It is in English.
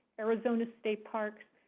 arizona state parks,